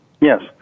Yes